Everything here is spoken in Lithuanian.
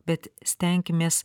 bet stenkimės